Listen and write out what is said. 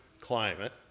climate